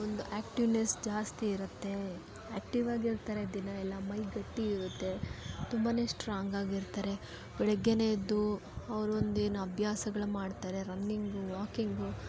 ಒಂದು ಆಕ್ಟಿವ್ನೆಸ್ ಜಾಸ್ತಿ ಇರುತ್ತೆ ಆಕ್ಟಿವಾಗಿರ್ತಾರೆ ದಿನ ಎಲ್ಲ ಮೈ ಗಟ್ಟಿ ಇರುತ್ತೆ ತುಂಬಾ ಸ್ಟ್ರಾಂಗ್ ಆಗಿ ಇರ್ತಾರೆ ಬೆಳಗ್ಗೆನೆ ಎದ್ದು ಅವ್ರ ಒಂದು ಏನು ಅಭ್ಯಾಸಗಳು ಮಾಡ್ತಾರೆ ರನ್ನಿಂಗು ವಾಕಿಂಗು